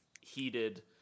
heated